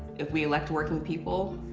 if we elect working people,